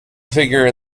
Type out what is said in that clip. figure